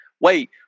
wait